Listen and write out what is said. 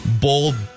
bold